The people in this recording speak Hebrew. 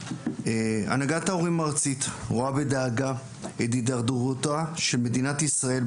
הנהגת הורים ארצית רואה בדאגה את התדרדרותה של מדינת ישראל,